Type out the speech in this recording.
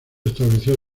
estableció